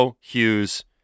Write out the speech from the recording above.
Hughes